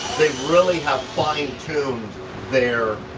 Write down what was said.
they really have fine tuned their.